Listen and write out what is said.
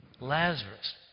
Lazarus